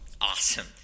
Awesome